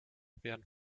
werden